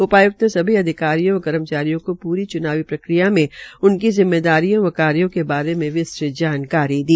उपाय्क्त ने सभी अधिकारियों व कर्मचारियों को प्री च्नावी प्रक्रिया में उनकी जिम्मेदारियों व कार्यों के बारे में विस्तार से जानकारी दी